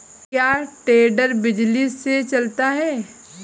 क्या टेडर बिजली से चलता है?